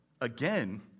Again